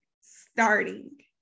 starting